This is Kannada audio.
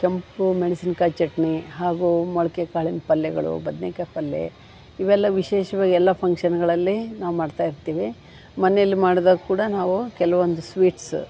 ಕೆಂಪು ಮೆಣ್ಸಿನ್ಕಾಯಿ ಚಟ್ನಿ ಹಾಗೂ ಮೊಳಕೆ ಕಾಳಿನ ಪಲ್ಯಗಳು ಬದ್ನೆಕಾಯಿ ಪಲ್ಯ ಇವೆಲ್ಲ ವಿಶೇಷ್ವಾಗಿ ಎಲ್ಲ ಫಂಕ್ಷನ್ಗಳಲ್ಲಿ ನಾವು ಮಾಡ್ತಾಯಿರ್ತೀವಿ ಮನೆಲ್ಲಿ ಮಾಡ್ದಾಗ ಕೂಡ ನಾವು ಕೆಲ್ವೊಂದು ಸ್ವೀಟ್ಸು